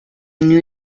new